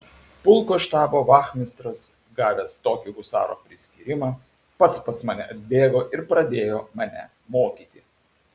pulko štabo vachmistras gavęs tokį husaro priskyrimą pats pas mane atbėgo ir pradėjo mane mokyti